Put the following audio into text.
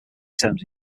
terms